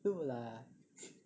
noob lah